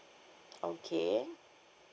okay